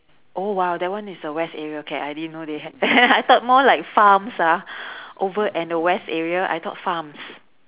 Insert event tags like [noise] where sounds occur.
oh !wow! that one is the west area okay I didn't know they had [laughs] I thought more like farms ah over at the west area I thought farms